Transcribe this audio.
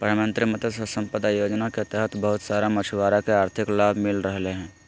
प्रधानमंत्री मत्स्य संपदा योजना के तहत बहुत सारा मछुआरा के आर्थिक लाभ मिल रहलय हें